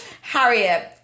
Harriet